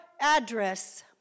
address